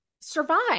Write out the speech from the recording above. survive